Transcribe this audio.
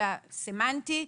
אלא סמנטי.